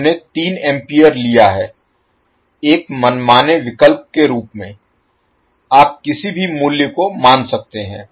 हमने तीन एम्पीयर लिया है एक मनमाने विकल्प के रूप में आप किसी भी मूल्य को मान सकते हैं